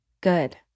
good